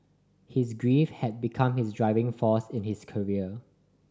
his grief had become his driving force in his career